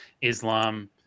Islam